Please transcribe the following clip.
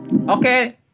okay